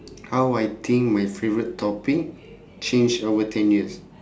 how I think my favourite topic change over ten years